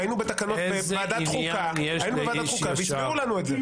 היינו בתקנות בוועדת חוקה והסבירו לנו את זה.